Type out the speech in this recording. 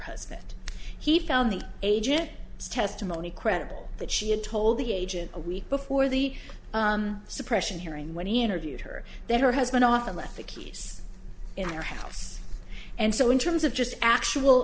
husband he found the agent testimony credible that she had told the agent a week before the suppression hearing when he interviewed her that her husband often left the keys in her house and so in terms of just actual